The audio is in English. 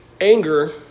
anger